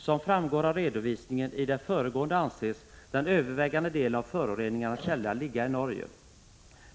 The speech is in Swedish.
Som framgår av redovisningen i det föregående anses den övervägande delen av föroreningskällorna ligga i Norge.